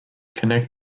connect